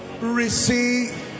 Receive